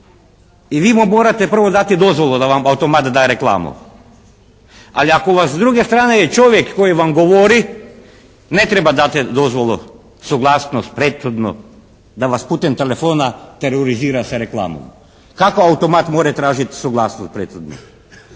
i vi mu morate prvo dati dozvolu da vam automat daje reklamu. Ali ako vas s druge strane je čovjek koji vam govori, ne trebati dati dozvolu, suglasnost prethodnu da vas putem telefona terorizira s reklamom. Kako automat more tražit suglasnost prethodnu?